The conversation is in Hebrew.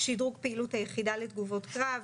שדרוג פעילות היחידה לתגובות קרב,